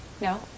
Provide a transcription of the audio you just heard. no